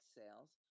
sales